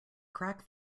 crack